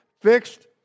fixed